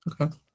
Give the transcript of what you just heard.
Okay